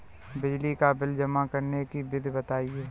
बिजली का बिल जमा करने की विधि बताइए?